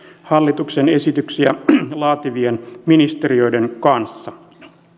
hallituksen esityksiä laativien ministeriöiden kanssa